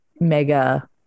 mega